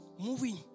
moving